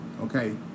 Okay